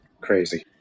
crazy